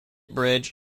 bridge